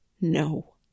No